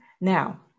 now